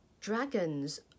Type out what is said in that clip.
dragons